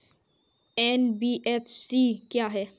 NBFC क्या है?